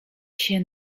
się